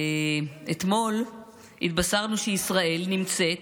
אתמול התבשרנו שישראל נמצאת